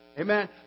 Amen